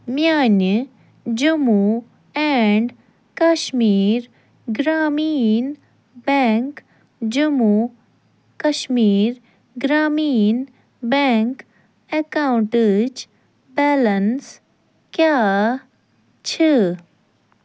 میانہِ Jammu and Kashmir Grameen bank Jammu Kashmir Grameen bank اکاونٹٕچ balance کیٛاہ چھِ